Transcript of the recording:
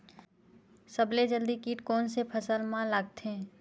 सबले जल्दी कीट कोन से फसल मा लगथे?